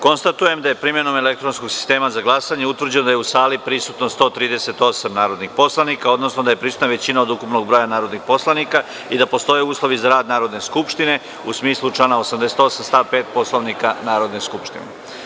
Konstatujem da je, primenom elektronskog sistema za glasanje, utvrđeno da je u sali prisutno 138 narodnih poslanika, odnosno da je prisutna većina od ukupnog broja narodnih poslanika i da postoje uslovi za rad Narodne skupštine, u smislu člana 88. stav 5. Poslovnika Narodne skupštine.